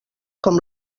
com